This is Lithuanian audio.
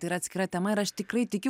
tai yra atskira tema ir aš tikrai tikiu